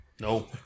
No